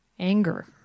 Anger